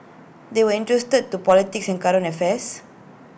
they were interested to politics and current affairs